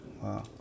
Wow